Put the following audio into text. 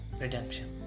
Redemption